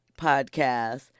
podcast